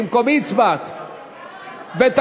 מה הבעיה להביא את קרן קיימת לשקיפות ואת